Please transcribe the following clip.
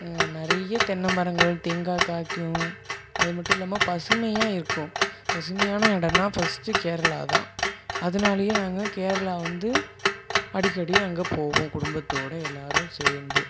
நிறைய தென்னை மரங்கள் தேங்காய் காய்க்கும் அதுமட்டுல்லாமல் பசுமையா இருக்கும் பசுமையான இடம்னால் ஃபஸ்ட்டு கேரளா தான் அதனாலையே நாங்கள் கேரளா வந்து அடிக்கடி அங்கே போவோம் குடும்பத்தோடு எல்லாரும் சேர்ந்து